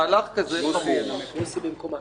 אנחנו מדברים על מהלך שאיננו נמצא בהסכמה.